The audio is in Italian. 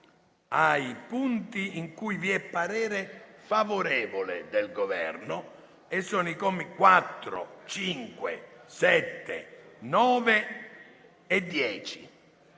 i punti su cui vi è parere favorevole del Governo, che sono i punti 4, 5, 7, 9 e 10.